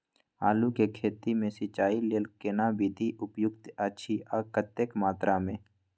आलू के खेती मे सिंचाई लेल केना विधी उपयुक्त अछि आ कतेक मात्रा मे?